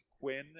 Quinn